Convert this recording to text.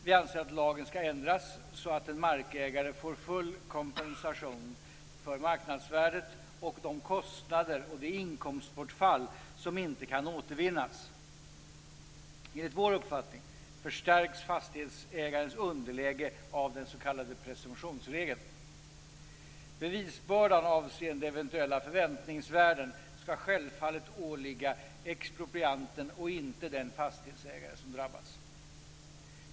Vi anser att lagen skall ändras så att en markägare får full kompensation för marknadsvärdet samt för de kostnader och det inkomstbortfall som inte kan återvinnas. Enligt vår uppfattning förstärks fastighetsägarens underläge av den s.k. presumtionsregeln. Bevisbördan avseende eventuella förväntningsvärden skall självfallet åligga exproprianten och inte den fastighetsägare som drabbats.